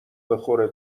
بخوره